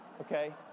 okay